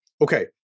Okay